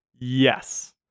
yes